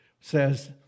says